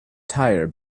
tire